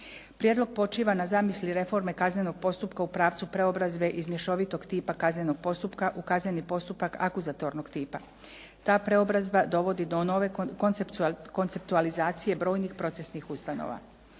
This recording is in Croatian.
Prijedlog počiva na zamisli reforme kaznenog postupka u pravcu preobrazbe iz mješovitog tipa kaznenog postupka u kazneni postupak akuzatornog tipa. Ta preobrazba dovodi do nove konceptualizacije brojnih procesnih ustanova.